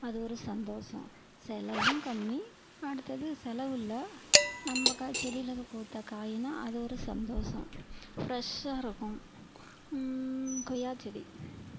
அது ஒரு சந்தோசம் செலவும் கம்மி அடுத்தது செலவில்ல நம்ப காய் செடிலயிருந்து பூத்த காய்னா அது ஒரு சந்தோசம் ஃப்ரெஷ்ஷாக இருக்கும் கொய்யாச் செடி